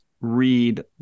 Read